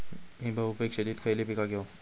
मी बहुपिक शेतीत खयली पीका घेव?